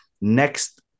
next